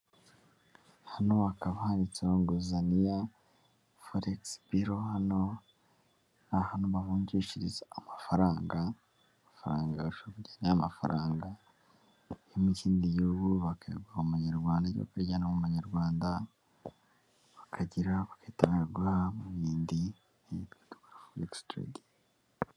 Hano hakaba handitseho ngo Zaniya foregisi biro, hano aha niho bavunjirishiza amafaranga. Aho bafata amafaranga yo mu kindi gihugu bakayaguha mu manyarwanda cyangwa mu yandi yo mu kindi gihugu, bikitwa Foregisi terayidi.